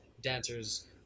dancers